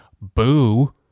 boo